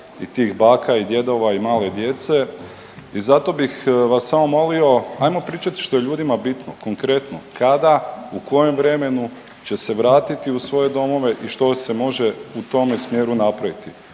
i tih baka i djedova i male djece i zato bih vas samo molio ajmo pričat što je ljudima bitno konkretno kada, kojem vremenu će se vratiti u svoje domove i što se može u tome smjeru napraviti.